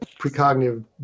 precognitive